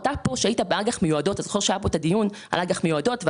אתה זוכר שהיה כאן דיון על אג"ח מיועדות.